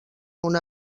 una